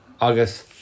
August